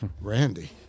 Randy